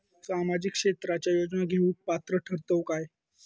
सामाजिक क्षेत्राच्या योजना घेवुक पात्र ठरतव काय?